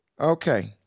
Okay